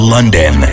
London